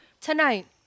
tonight